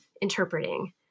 interpreting